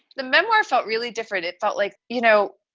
the memoir felt really different. it felt like, you know,